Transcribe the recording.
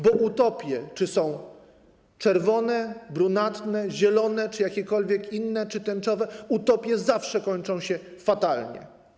Bo utopie czy są czerwone, brunatne, zielone czy jakiekolwiek inne, czy tęczowe, zawsze kończą się fatalnie.